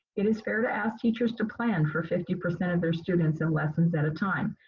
it is fair to ask teachers to plan for fifty percent of their students and lessons at a time.